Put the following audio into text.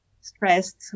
stressed